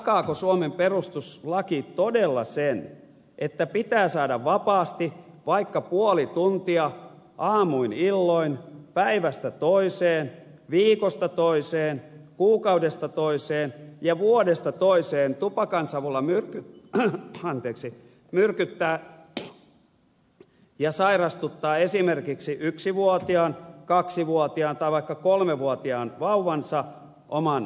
takaako suomen perustuslaki todella sen että pitää saada vapaasti vaikka puoli tuntia aamuin illoin päivästä toiseen viikosta toiseen kuukaudesta toiseen ja vuodesta toiseen tupakansavulla myrkyttää ja sairastuttaa esimerkiksi yksivuotiaan kaksivuotiaan tai vaikka kolmevuotiaan vauvansa oman lapsensa